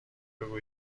بگو